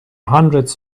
hundreds